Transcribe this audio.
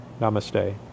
Namaste